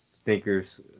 Stinkers